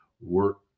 work